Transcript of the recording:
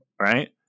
right